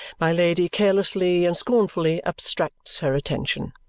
my lady carelessly and scornfully abstracts her attention.